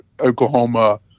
Oklahoma